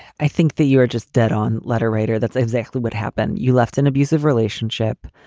i think that you are just dead on. letter writer. that's exactly what happened. you left an abusive relationship.